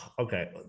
Okay